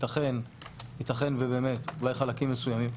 ייתכן ובאמת אולי חלקים מסוימים.